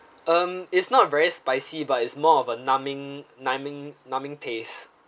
um it's not very spicy but it's more of a numbing numbing numbing tastes